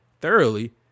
thoroughly